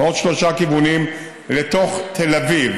מעוד שלושה כיוונים לתוך תל אביב,